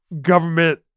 government